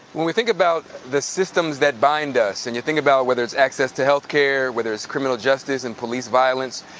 when we think about the systems that bind us, and you think about whether it's access to health care, whether it's criminal and police violence,